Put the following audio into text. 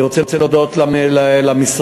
אני רוצה להודות למשרד,